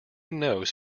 knows